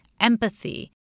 empathy